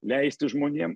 leisti žmonėm